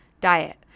Diet